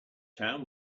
town